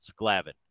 Glavin